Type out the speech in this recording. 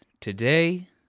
Today